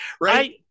right